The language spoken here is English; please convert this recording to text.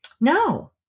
no